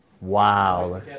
wow